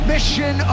Mission